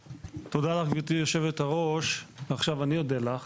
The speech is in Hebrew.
תודה לך גברתי יושבת הראש, עכשיו אני אודה לך